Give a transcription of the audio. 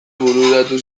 bururatu